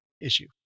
issue